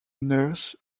nurse